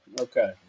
Okay